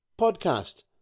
podcast